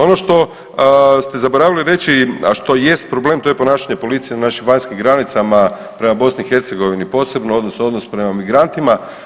Ono što ste zaboravili reći, a što jest problem to je ponašanje policije na našim vanjskim granicama prema BiH posebno odnosno odnos prema migrantima.